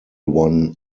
won